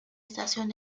estación